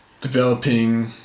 developing